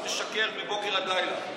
הוא משקר מבוקר עד לילה.